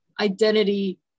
identity